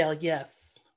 yes